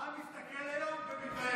העם מסתכל היום ומתבייש.